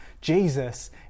Jesus